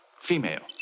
Female